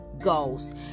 goals